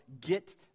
get